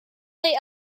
they